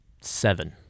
Seven